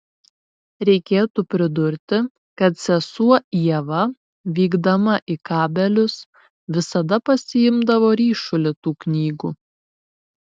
reikėtų pridurti kad sesuo ieva vykdama į kabelius visada pasiimdavo ryšulį tų knygų